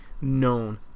known